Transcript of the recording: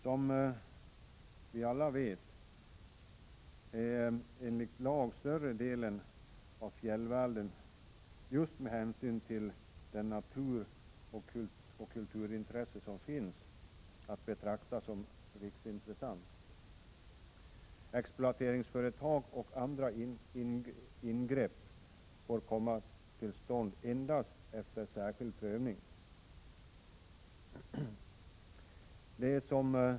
Som vi alla vet är enligt lag större delen av fjällvärlden, just med hänsyn till de naturoch kulturintressen som finns, att betrakta som område av riksintresse. Exploateringsföretag och andra ingrepp får komma till stånd endast efter särskild prövning.